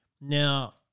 Now